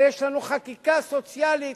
שיש לנו חקיקה סוציאלית,